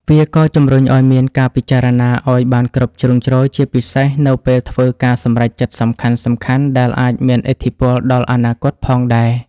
វាក៏ជំរុញឱ្យមានការពិចារណាឱ្យបានគ្រប់ជ្រុងជ្រោយ ជាពិសេសនៅពេលធ្វើការសម្រេចចិត្តសំខាន់ៗ ដែលអាចមានឥទ្ធិពលដល់អនាគតផងដែរ។